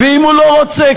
ואם הוא לא רוצה,